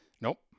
Nope